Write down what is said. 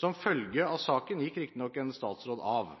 Som følge av saken gikk riktignok en statsråd av.